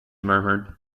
murmured